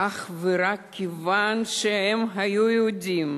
אך ורק כיוון שהם היו יהודים.